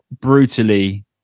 brutally